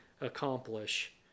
accomplish